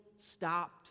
stopped